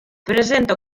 presenta